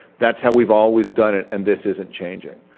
that is how we've always done it and this isn't changing.